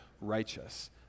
righteous